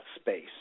space